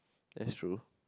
that's true